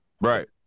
Right